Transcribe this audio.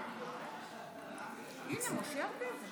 אדוני היושב-ראש, תוצאת ההצבעה: